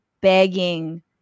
begging